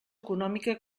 econòmica